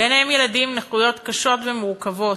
בהם ילדים עם נכויות קשות ומורכבות,